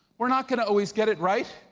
we're not gonna always get it right.